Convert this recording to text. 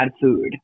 food